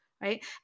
Right